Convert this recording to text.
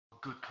good